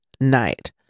night